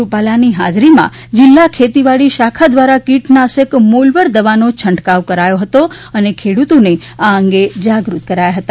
રૂપાલાની હાત રીમાં તિલ્લા ખેતીવાડી શાખા દ્વારા કીટનાશક મોલવર દવાનો છંટકાવ કરાયો હતો અને ખેડૂતોને આ અંગે જાગૃત કરાયા હતા